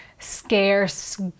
scarce